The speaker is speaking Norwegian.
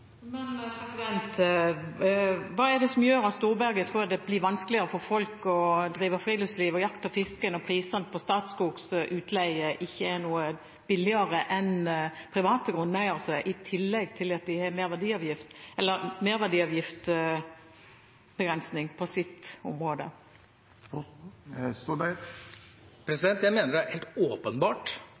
Men hva er det som gjør at Storberget tror det blir vanskeligere for folk å drive med friluftsliv og jakt og fiske, når prisene på Statskogs utleie ikke er noe lavere enn private grunneieres utleie, i tillegg til at de har begrensning på merverdiavgift på sitt område? Jeg mener det er helt åpenbart